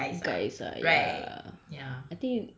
guys ah right ya